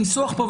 הניסוח פה,